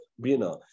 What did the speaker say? Bina